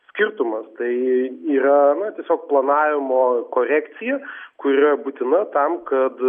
skirtumas tai yra na tiesiog planavimo korekcija kuri būtina tam kad